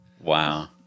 Wow